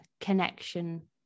connection